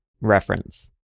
reference